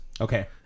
okay